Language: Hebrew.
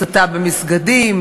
הסתה במסגדים,